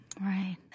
Right